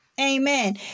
Amen